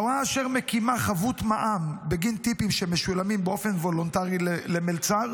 הוראה אשר מקימה חבות מע"מ בגין טיפים שמשולמים באופן וולונטרי למלצר